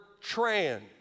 trans